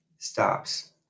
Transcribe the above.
stops